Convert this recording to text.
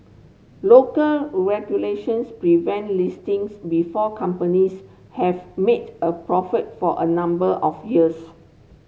local regulations prevent listings before companies have made a profit for a number of years